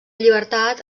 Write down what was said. llibertat